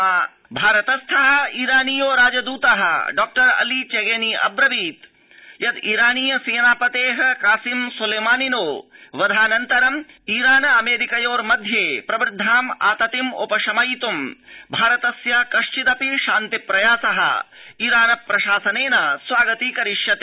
ईरानम् भारतम् शान्ति भारत स्थ ईरानीयो राजदूत डॉअली चेगेनी अब्रवीत् यद् ईरानीय सेनापते कासिम सोलेमानिनो वधाऽनन्तरम् ईरानामेरिकयोर्मध्ये प्रवृद्धाम् आततिम् उपशमयित् भारतस्य कथ्डिदपि शान्ति प्रयास ईरान प्रशासनेन स्वागतीकरिष्यते